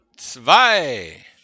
Zwei